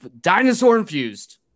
dinosaur-infused